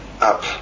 up